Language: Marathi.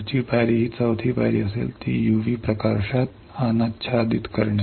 पुढची पायरी ही चौथी पायरी असेल जी तुम्हाला प्रकाशात आणेल